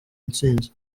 intsinzi